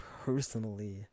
personally